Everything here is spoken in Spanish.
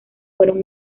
fueron